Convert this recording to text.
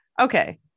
Okay